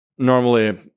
normally